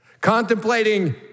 Contemplating